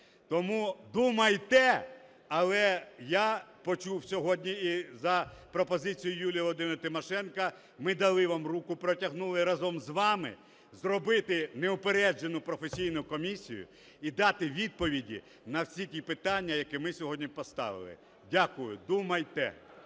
Тому думайте! Але я почув сьогодні і за пропозицією Юлії Володимирівни Тимошенко, ми дали вам руку, протягнули разом з вами зробити неупереджену професійну комісію і дати відповіді на всі ті питання, які ми сьогодні поставили. Дякую. Думайте!